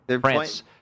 France